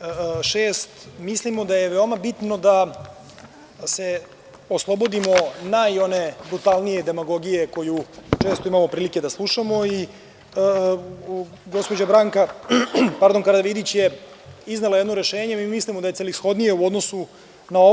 6. mislimo da je veoma bitno da se oslobodimo one najbrutalnije demagogije koju često imamo prilike da slušamo i gospođa Branka Karavidić je iznela jedno rešenje i mislimo da je celishodnije u odnosu na ovo.